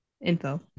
info